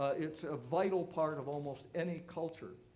ah it's a vital part of almost any culture.